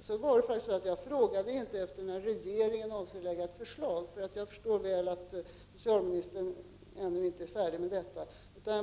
28 november 1989 Jag frågade faktiskt inte efter när regeringen avser att framlägga förslag. SN Jag förstår mycket väl att socialministern inte ännu är färdig med detta arbete.